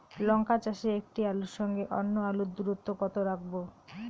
লঙ্কা চাষে একটি আলুর সঙ্গে অন্য আলুর দূরত্ব কত রাখবো?